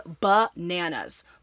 bananas